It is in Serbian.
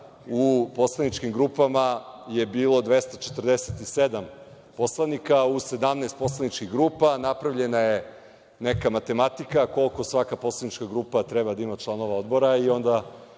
u poslaničkim grupama je bilo 247 poslanika, u 17 poslaničkih grupa, napravljena je neka matematika koliko svaka poslanička grupa treba da ima članova odbora